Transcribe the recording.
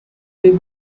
week